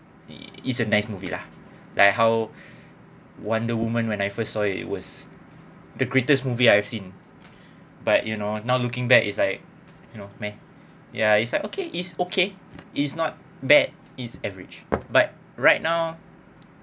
is a nice movie lah like how wonder woman when I first saw it it was the greatest movie I've seen but you know now looking back it's like you know meh ya it's like okay is okay it's not bad it's average but right now